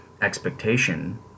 Expectation